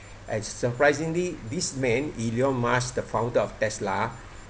and surprisingly this man elon musk the founder of Tesla